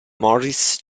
morris